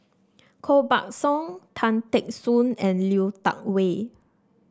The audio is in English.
Koh Buck Song Tan Teck Soon and Lui Tuck Yew